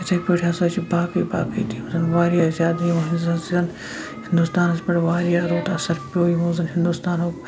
یِتھَے پٲٹھۍ ہَسا چھِ باقٕے باقٕے ییٚتہِ یِم زَن واریاہ زیادٕ یِوان زَنہٕ یُس زَن ہِندوستانَس پٮ۪ٹھ واریاہ رُت اَثر پیٚو یِمو زَن ہِندوستانُک